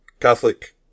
Catholic